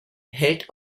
hält